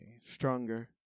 stronger